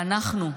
ואנחנו,